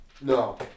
No